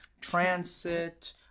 Transit